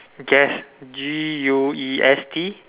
guest G U E S T